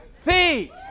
feet